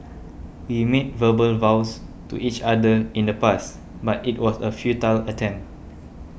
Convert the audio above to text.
we made verbal vows to each other in the past but it was a futile attempt